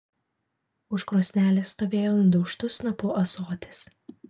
už krosnelės stovėjo nudaužtu snapu ąsotis